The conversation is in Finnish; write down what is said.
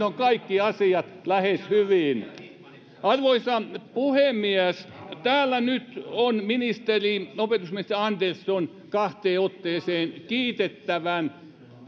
ovat kaikki asiat lähes hyvin arvoisa puhemies täällä nyt on opetusministeri andersson kahteen otteeseen kiitettävän